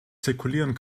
zirkulieren